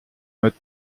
mode